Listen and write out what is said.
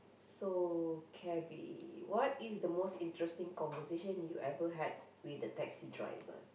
so cabby what is the most interesting conversation you ever had with a taxi driver